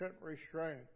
restraint